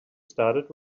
started